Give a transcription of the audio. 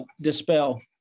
dispel